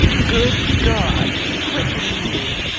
good god! what mean you?